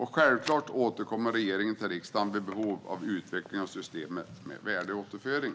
Självklart återkommer regeringen till riksdagen vid behov av utveckling av systemet med värdeåterföring.